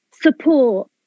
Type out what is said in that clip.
support